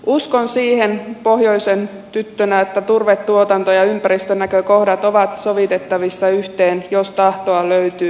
uskon siihen pohjoisen tyttönä että turvetuotanto ja ympäristönäkökohdat ovat sovitettavissa yhteen jos tahtoa löytyy